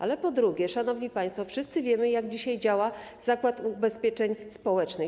Ale po drugie, szanowni państwo, wszyscy wiemy, jak dzisiaj działa Zakład Ubezpieczeń Społecznych.